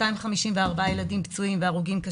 254 ילדים פצועים קשה והרוגים.